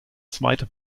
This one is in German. zweite